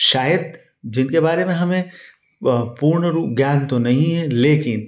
शायद जिनके बारे में हमें पूर्ण ज्ञान तो नहीं है लेकिन